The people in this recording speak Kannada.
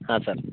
ಹಾಂ ಸರ್